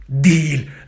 deal